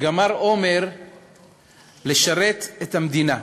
גמר אומר לשרת את המדינה.